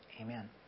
Amen